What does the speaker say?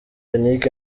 yannick